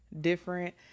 Different